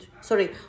Sorry